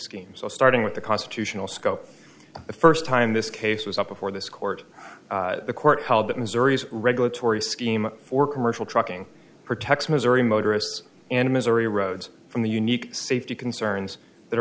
scheme so starting with the constitutional scope the first time this case was up before this court the court held that missouri's regulatory scheme or commercial trucking protects missouri motorists and missouri roads from the unique safety concerns that